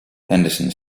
henderson